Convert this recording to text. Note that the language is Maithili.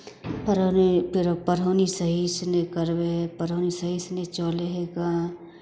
पढ़ौनी फेरो पढ़ौनी सहीसँ नहि करबै हइ पढ़ौनी सहीसँ नहि चलै हइ कन